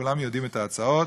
כולם יודעים את ההצעות,